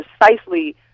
precisely